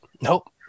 Nope